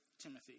Timothy